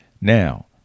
Now